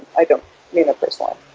i don't mean it personally.